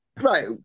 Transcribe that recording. Right